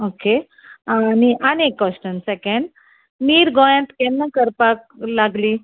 okay आनी आनी एक क्वेशन सेकेंड नीर गोंयांत केन्ना करपाक लागलीं